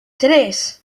tres